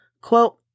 Quote